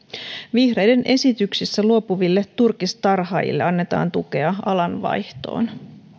vihreiden esityksessä luopuville turkistarhaajille annetaan tukea alanvaihtoon